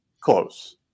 close